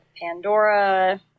Pandora